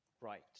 Right